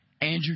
Andrew